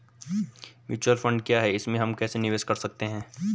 Mutual fund क्या है इसमें हम कैसे निवेश कर सकते हैं?